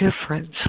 difference